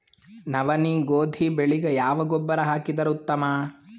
ನವನಿ, ಗೋಧಿ ಬೆಳಿಗ ಯಾವ ಗೊಬ್ಬರ ಹಾಕಿದರ ಉತ್ತಮ?